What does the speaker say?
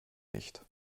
nicht